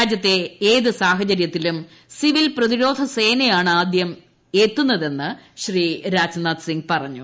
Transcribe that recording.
രാജ്യത്തെ ഏതു സാഹചര്യത്തിലും സിവിൽ പ്രതിരോധ സേനയാണ് ആദ്യം എത്തുന്നതെന്ന് രാജ്നാഥ്സിംഗ് പറഞ്ഞു